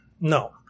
no